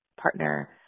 partner